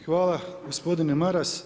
Hvala gospodine Maras.